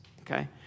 okay